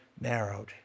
narrowed